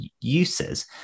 uses